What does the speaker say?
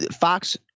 Fox